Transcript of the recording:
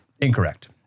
Incorrect